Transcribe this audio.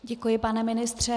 Děkuji, pane ministře.